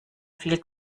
viel